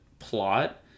plot